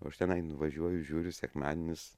o aš tenai nuvažiuoju žiūriu sekmadieninis